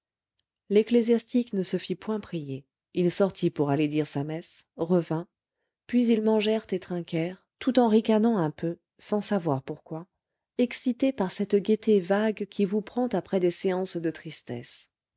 l'ecclésiastique ne se fit point prier il sortit pour aller dire sa messe revint puis ils mangèrent et trinquèrent tout en ricanant un peu sans savoir pourquoi excités par cette gaieté vague qui vous prend après des séances de tristesse